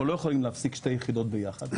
לא יכולים להפסיק שתי יחידות ביחד,